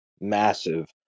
massive